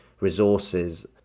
resources